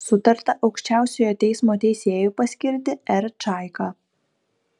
sutarta aukščiausiojo teismo teisėju paskirti r čaiką